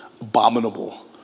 Abominable